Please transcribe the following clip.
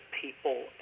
people